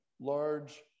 large